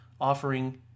offering